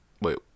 Wait